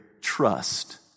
trust